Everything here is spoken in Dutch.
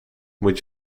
moet